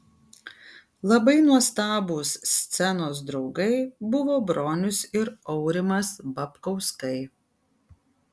labai nuostabūs scenos draugai buvo bronius ir aurimas babkauskai